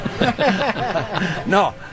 No